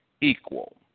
equal